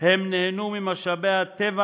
הם נהנו ממשאבי הטבע